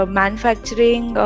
manufacturing